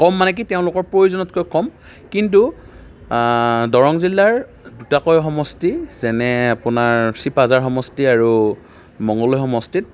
কম মানে কি তেওঁলোকৰ প্ৰয়োজনতকৈ কম কিন্তু দৰং জিলাৰ দুটাকৈ সমষ্টি যেনে আপোনাৰ চিপাঝাৰ সমষ্টি আৰু মঙলদৈ সমষ্টিত